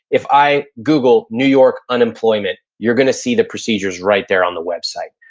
if i google, new york unemployment, you're gonna see the procedures right there on the website.